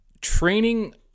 training